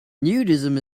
nudism